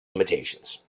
limitations